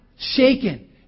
shaken